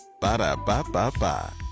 Ba-da-ba-ba-ba